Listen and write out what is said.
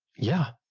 yeah.